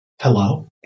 Hello